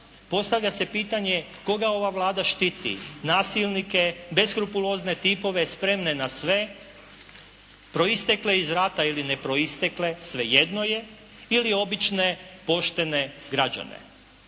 Postavlja se pitanje koga ova Vlada štiti? Nasilnike, beskrupulozne tipove spremne na sve, proistekle iz rata ili ne proistekle, svejedno je ili obične, poštene građane.